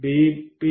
બરાબર